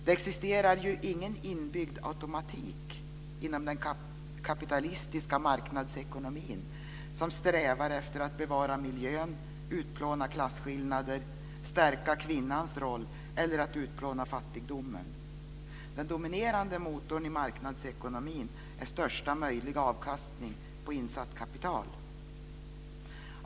Det existerar ingen inbyggd automatik inom den kapitalistiska marknadsekonomin som strävar efter att bevara miljön, utplåna klasskillnader, stärka kvinnans roll eller att utplåna fattigdomen. Den dominerande motorn i marknadsekonomin är största möjliga avkastning på insatt kapital.